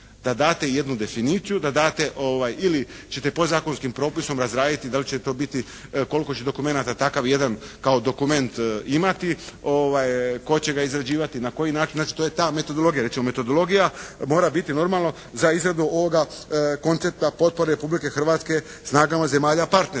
da date jednu definiciju, da date ili ćete podzakonskim propisom razraditi da li će to biti, koliko će dokumenata takav jedan kao dokument imati, tko će ga izrađivati, na koji način. Znači to je ta metodologija. Recimo metodologija mora biti normalno za izradu ovoga koncepta potpore Republike Hrvatske snagama zemalja partnera.